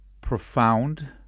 profound